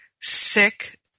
sick